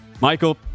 Michael